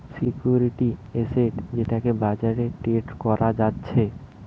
security asset যেটাকে বাজারে trade করা যাচ্ছে